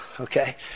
Okay